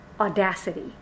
audacity